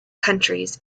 countries